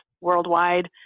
worldwide